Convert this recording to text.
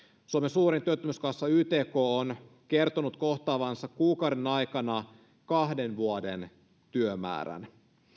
suomen suurin työttömyyskassa ytk on kertonut kohtaavansa kuukauden aikana kahden vuoden työmäärän